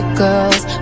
girls